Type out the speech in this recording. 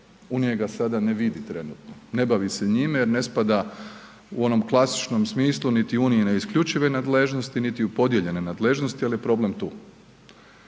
U njega sada ne vidi trenutno, ne bavi se njime jer ne spada u onom klasičnom smislu niti unijine isključive nadležnosti, niti u podijeljene nadležnosti, ali je problem tu.